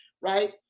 right